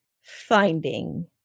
finding